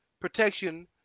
protection